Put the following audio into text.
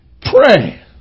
pray